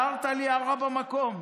הערת לי הערה במקום.